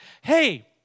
Hey